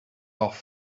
off